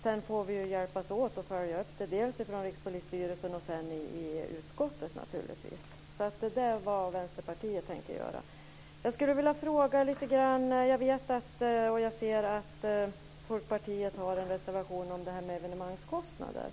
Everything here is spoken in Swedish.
Sedan får vi hjälpas åt att följa frågan dels hos Rikspolisstyrelsen, dels i utskottet. Det är vad Vänsterpartiet tänker göra. Jag ser att Folkpartiet har en reservation om evenemangskostnader.